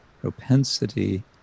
propensity